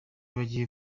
bagiye